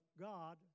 God